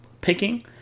picking